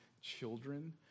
children